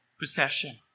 possession